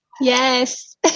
yes